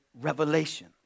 revelation